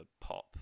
pop